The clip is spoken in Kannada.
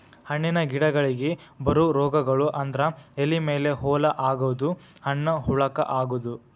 ಹಣ್ಣಿನ ಗಿಡಗಳಿಗೆ ಬರು ರೋಗಗಳು ಅಂದ್ರ ಎಲಿ ಮೇಲೆ ಹೋಲ ಆಗುದು, ಹಣ್ಣ ಹುಳಕ ಅಗುದು